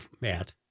Matt